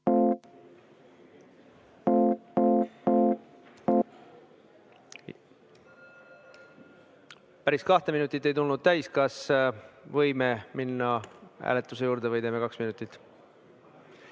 Päris kahte minutit ei tulnud täis. Kas võime minna hääletuse juurde või teeme kaks minutit?